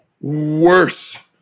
worse